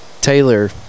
Taylor